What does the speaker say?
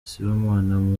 sibomana